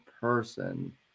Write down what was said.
person